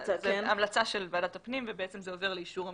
ההמלצה של ועדת הפנים וזה עובר לאישור המליאה,